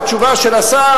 התשובה של השר,